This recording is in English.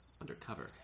undercover